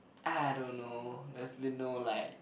I don't know there has been no like